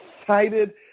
excited